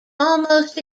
almost